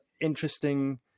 interesting